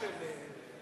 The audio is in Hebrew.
מספיק שאחד צועק.